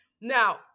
Now